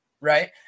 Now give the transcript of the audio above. right